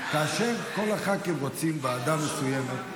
כאשר כל הח"כים רוצים ועדה מסוימת,